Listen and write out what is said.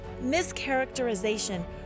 mischaracterization